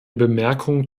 bemerkung